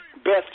best